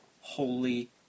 Holy